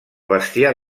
bestiar